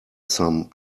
some